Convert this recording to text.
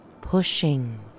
pushing